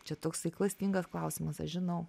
čia toksai klastingas klausimas aš žinau